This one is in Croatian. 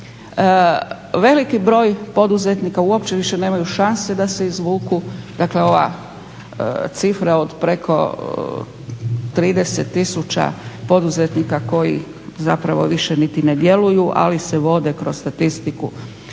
veliki broj poduzetnika uopće više nemaju šanse da se izvuku, dakle ova cifra od preko 30 tisuća poduzetnika koji zapravo više niti ne djeluju, ali se vode kroz statistiku